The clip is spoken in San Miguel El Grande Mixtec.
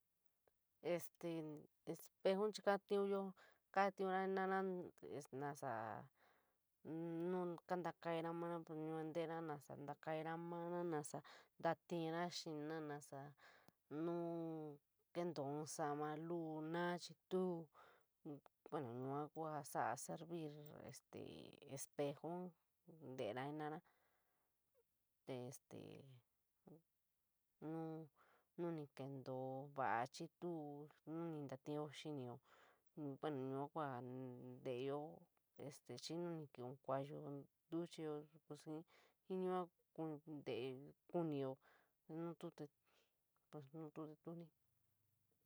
Este, espejoun chi kajatiñunyo, kajatiña jenorara ntasa no kantakaiira mara pos ntasa ntakairo maara nasa, tainira xinira, nasa no tasa kentoo in samo lou nava xií tuo, bueno yua kua jaa sola seruí este espejoun teero jenorara este no ni kentoo vo'a xií tuo no nu nañio xinio, bueno yua kua ntéeño xií nu ni kivi in kuayo ntuchio pos jii yua tele kunio nu tu te pos nu to te tuon